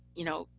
you know,